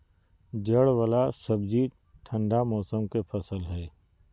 जड़ वाला सब्जि ठंडा मौसम के फसल हइ